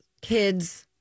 kids